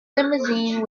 limousine